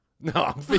No